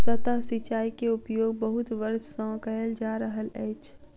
सतह सिचाई के उपयोग बहुत वर्ष सँ कयल जा रहल अछि